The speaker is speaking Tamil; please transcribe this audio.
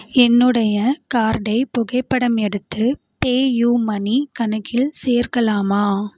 என்னுடைய கார்டை புகைப்படம் எடுத்து பே யூ மனி கணக்கில் சேர்க்கலாமா